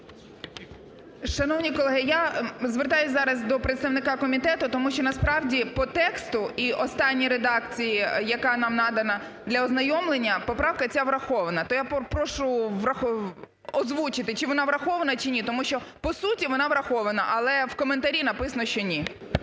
Шановні колеги, я звертаюсь зараз до представника комітету, тому що, насправді, по тексту і останній редакції, яка нам надана для ознайомлення, поправка ця врахована. То я прошу врах... озвучити, чи вона врахована, чи ні, тому що по суті вона врахована, але в коментарі написано, що ні.